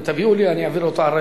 פשוט לא הבנתי את התחכום הזה.